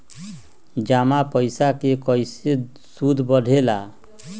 जमा पईसा के कइसे सूद बढे ला?